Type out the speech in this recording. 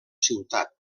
ciutat